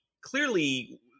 clearly